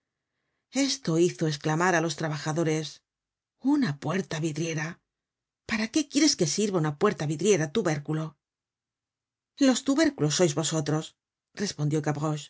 esto hizo esclamar á los trabajadores una puerta vidriera para qué quieres que sirva una puerta vidriera tubérculo los tubérculos sois vosotros respondió